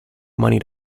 money